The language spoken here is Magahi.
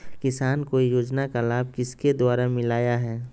किसान को योजना का लाभ किसके द्वारा मिलाया है?